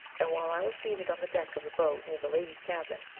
and while i was seated on the deck of the boat near the ladies' cabin,